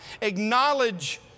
Acknowledge